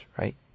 right